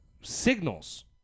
signals